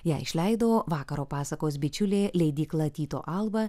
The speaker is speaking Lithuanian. ją išleido vakaro pasakos bičiulė leidykla tyto alba